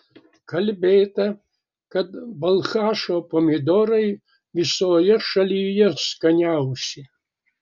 kalbėta kad balchašo pomidorai visoje šalyje skaniausi